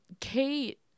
Kate